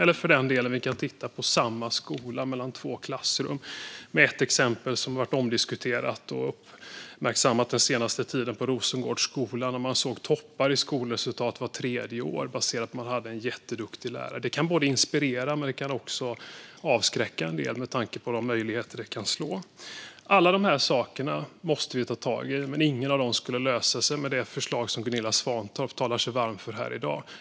Vi kan titta på två klassrum i samma skola och ett exempel från Rosengårdsskolan som har varit omdiskuterat och uppmärksammat den senaste tiden. Man såg toppar i skolresultaten vart tredje år, och de var baserade på att det fanns en jätteduktig lärare. Detta kan inspirera, men det kan också avskräcka en del, med tanke på hur det kan slå. Alla dessa saker måste vi ta tag i, men ingen av dem skulle lösas med det förslag som Gunilla Svantorp talar sig varm för här i dag.